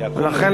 ולכן,